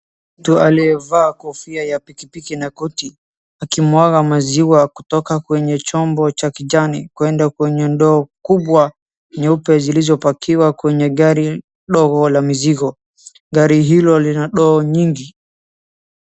Mtu aliyevaa kofia ya pikipiki na koti akimwaga maziwa kutoka kwenye chombo cha kijani kwenda kwenye ndoo kubwa nyeupe zilizopakiwa kwenye gari ndogo la mizigo. Gari hilo lina ndoo nyingi.